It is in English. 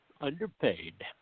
underpaid